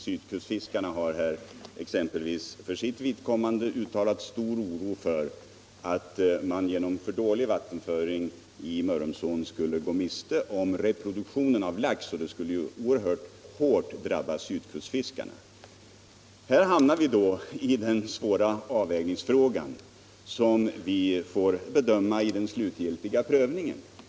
Sydkustfiskarna har för sitt vidkommande uttalat stor oro för att man genom för dålig vattenföring i Mörrumsån skulle gå miste om reproduktionen av lax. Det skulle oerhört hårt drabba sydkustfiskarna. Här hamnar vi i den svåra avvägningsfrågan, som vi får bedöma i den slutgiltiga prövningen.